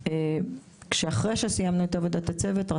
שלאחר שסיימנו את עבודת הצוות,